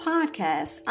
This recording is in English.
Podcast